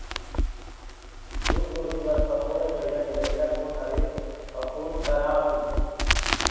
फूलगोभी बर सब्बो ले बढ़िया निरैया कोन हर ये अउ कोन करा मिलही?